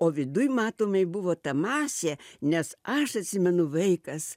o viduj matomai buvo ta masė nes aš atsimenu vaikas